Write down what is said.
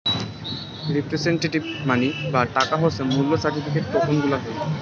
representative money বা টাকা হসে যে মূল্য সার্টিফিকেট, টোকেন গুলার হই